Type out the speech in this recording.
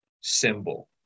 symbol